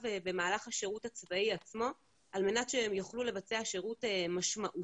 במהלך השירות הצבאי עצמו על מנת שהם יוכלו לבצע שירות משמעותי,